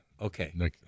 Okay